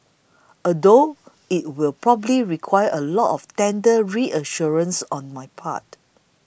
although it will probably require a lot of tender reassurances on my part